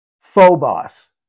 Phobos